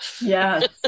Yes